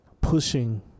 pushing